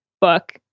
book